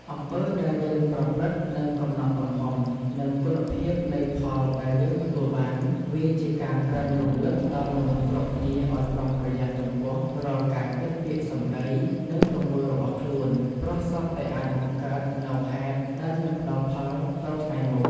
អំពើដែលយើងប្រព្រឹត្ត នឹងកំណត់ទំហំ និងគុណភាពនៃផលដែលយើងទទួលបាន វាជាការក្រើនរំលឹកដល់មនុស្សគ្រប់គ្នាឲ្យប្រុងប្រយ័ត្នចំពោះរាល់ការគិត ពាក្យសម្តី និងទង្វើរបស់ខ្លួន ព្រោះសុទ្ធតែអាចបង្កើតនូវហេតុដែលនឹងផ្តល់ផលទៅថ្ងៃមុខ។